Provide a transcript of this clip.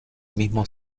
mismo